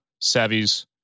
Savvy's